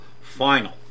final